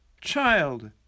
Child